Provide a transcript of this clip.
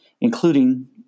including